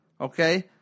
okay